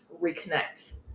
reconnect